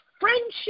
friendship